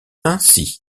ainsi